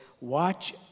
watch